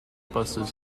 buses